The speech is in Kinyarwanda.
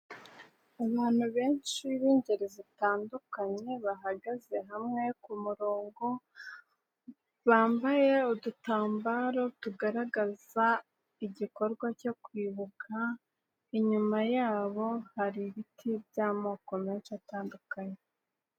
Abantu benshi b'ingeri zitandukanye, bahagaze hamwe ku murongo bambaye udutambaro tugaragaza igikorwa cyo kwibuka, inyuma yabo hari ibiti by'amoko menshi atandukanye.